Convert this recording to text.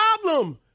problem